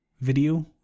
video